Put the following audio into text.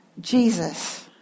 Jesus